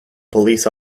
police